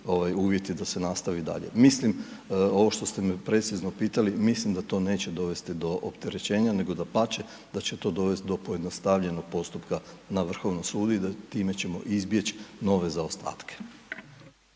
uvjeti da se nastavi dalje. Mislim ovo što ste me precizno pitali, mislim da to neće dovesti do opterećenja, nego dapače, da će to dovesti do pojednostavljenog postupka na Vrhovnom sudu i da time ćemo izbjeći nove zaostatke.